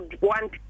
want